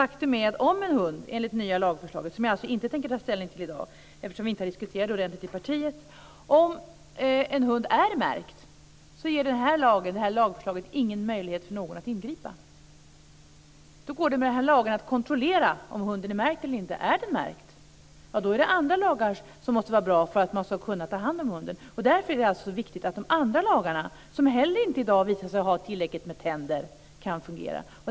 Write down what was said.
Faktum är att om en hund är märkt finns det ingen möjlighet för någon att ingripa enligt det nya förslaget, som jag alltså inte tänker ta ställning till i dag, eftersom vi inte har diskuterat det ordentligt i partiet. Då går det att med lagar kontrollera om hunden är märkt eller inte. Om den är märkt är det andra lagar som måste vara bra för att man ska kunna ta hand om hunden. Därför är det viktigt att de andra lagarna, som inte heller har visat sig ha tillräckligt med tänder, kan fungera.